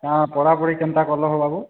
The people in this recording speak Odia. ହଁ ପଢ଼ାପଢ଼ି କେନ୍ତା କଲ ହୋ ବାବୁ